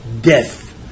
death